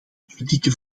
politieke